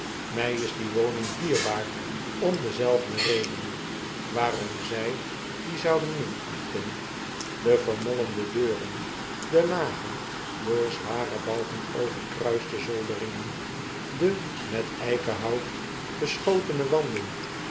is die woning dierbaar om dezelfde red en waarom zy die zouden minachten de vermolmde deuren de lage door zware balken overkruiste zolderingen de meteikenhout beschotene wanden